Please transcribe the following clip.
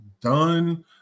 done